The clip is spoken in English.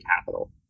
capital